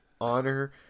honor